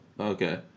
okay